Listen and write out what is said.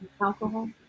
Alcohol